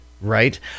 Right